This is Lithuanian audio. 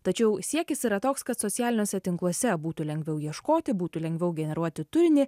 tačiau siekis yra toks kad socialiniuose tinkluose būtų lengviau ieškoti būtų lengviau generuoti turinį